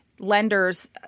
Lenders